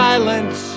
Silence